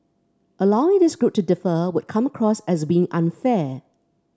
allowing this group to defer would come across as being unfair